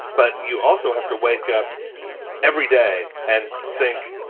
but you also have to wake up every day and think,